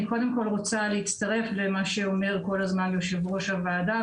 אני רוצה להצטרף למה שאומר כל הזמן יושב-ראש הוועדה,